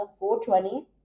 420